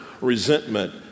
resentment